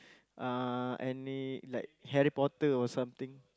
uh any like Harry-Potter or something